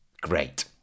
great